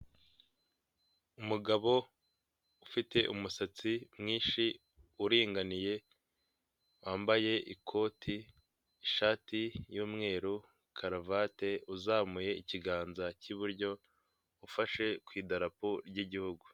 Umugabo ufite umusatsi mwinshi uringaniye wambaye ikoti, ishati y'umweru, karuvate, uzamuye ikiganza cy'iburyo ufashe ku idarapo ry'igihugu.